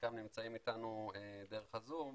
שחלקם נמצאים איתנו דרך הזום,